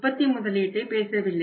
உற்பத்தி முதலீட்டை பேசவில்லை